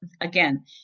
again